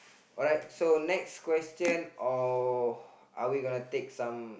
alright so next question uh are we gonna take some